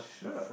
sure